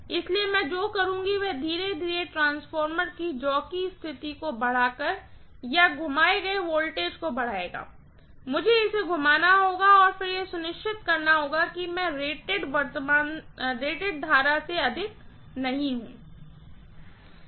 इसलिए मैं जो करुँगी वह धीरे धीरे ट्रांसफार्मर की जॉकी स्थिति को बढ़ाकर या घुमाए गए वोल्टेज को बढ़ाएगा मुझे इसे घुमाना होगा और फिर यह सुनिश्चित करना होगा कि मैं रेटेड वर्तमान से अधिक नहीं हूं